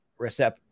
Recep